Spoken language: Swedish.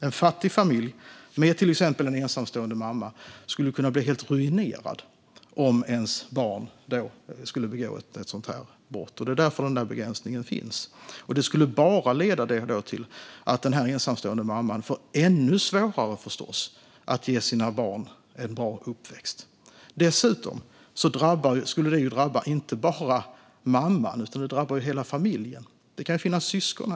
En fattig familj med till exempel en ensamstående mamma skulle kunna bli helt ruinerad om barnet begick ett sådant brott. Det är därför begränsningen finns. Annars skulle det bara leda till att den ensamstående mamman får ännu svårare att ge sina barn en bra uppväxt. Dessutom skulle det här drabba inte bara mamman utan hela familjen. Det kan finnas syskon.